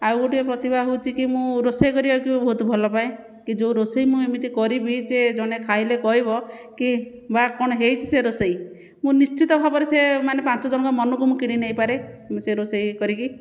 ଆଉ ଗୋଟିଏ ପ୍ରତିଭା ହେଉଛି କି ମୁଁ ରୋଷେଇ କରିବାକୁ ବି ବହୁତ ଭଲ ପାଏ କି ଯେଉଁ ରୋଷେଇ ମୁଁ ଏମିତି କରିବି ଯେ ଜଣେ ଖାଇଲେ କହିବ କି ବାଃ କଣ ହୋଇଛି ସେ ରୋଷେଇ ମୁଁ ନିଶ୍ଚିତ ଭାବରେ ସେ ମାନେ ପାଞ୍ଚ ଜଣଙ୍କ ମନକୁ ମୁଁ କିଣି ନେଇପାରେ ସେ ରୋଷେଇ କରିକି